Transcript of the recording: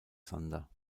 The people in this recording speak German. sander